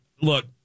Look